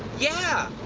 yeah!